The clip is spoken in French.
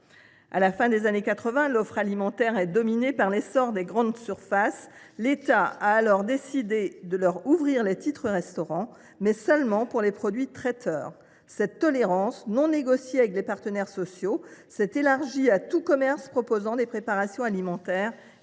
À la fin des années 1980, l’offre alimentaire étant dominée par l’essor des grandes surfaces. L’État a décidé de leur ouvrir les titres restaurant, mais seulement pour les produits dits traiteur. Cette tolérance, non négociée avec les partenaires sociaux, s’est élargie à tout commerce proposant des préparations alimentaires